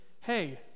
Hey